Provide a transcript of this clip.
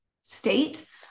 state